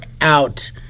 out